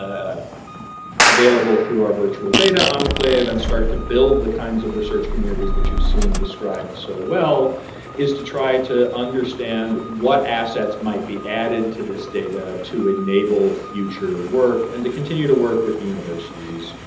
ah available through our virtual data enclave and start to build the kinds of research communities that you've seen described so well is to try to understand what assets might be added to this data to enable future work and to continue to work with universities,